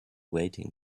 waiting